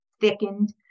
thickened